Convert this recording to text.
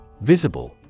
Visible